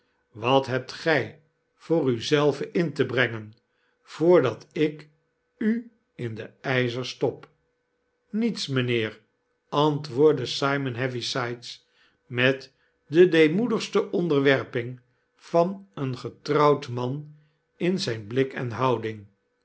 wat hebt gij voor u zelven in te brengen voordat ik u in de yzers stop niets mynheer antwoordde simon heavysides met de deemoedigste onderwerping van een getrouwd man in zyn blik en houding